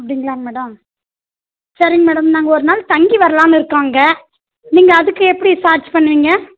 அப்படிங்ளாங்களா madam சரிங்க madam நாங்கள் ஒரு நாள் தங்கி வர்லான்னு இருக்கோம் அங்கே நீங்கள் அதுக்கு எப்படி சார்ஜ் பண்ணுவீங்க